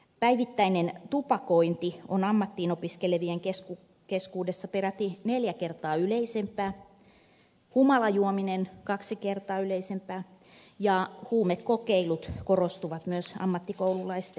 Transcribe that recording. päivittäinen tupakointi on ammattiin opiskelevien keskuudessa peräti neljä kertaa yleisempää humalajuominen kaksi kertaa yleisempää ja myös huumekokeilut korostuvat ammattikoululaisten joukossa